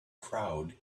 crowd